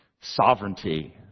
sovereignty